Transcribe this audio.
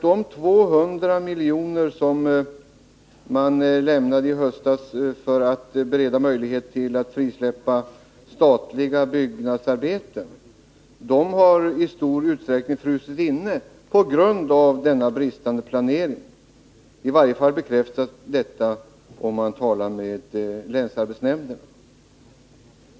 Det 200 miljoner som i höstas anslogs för att bereda möjlighet att frisläppa statliga byggnadsarbeten har i stor utsträckning frusit inne på grund av bristande planering. Det bekräftas av länsarbetsnämnderna.